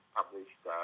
published